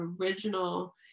original